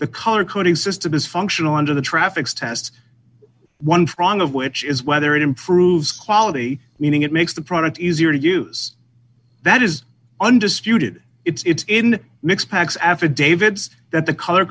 the color coding system is functional under the traffic's test one front of which is whether it improves quality meaning it makes the product easier to use that is undisputed it's in mix packs affidavits that the color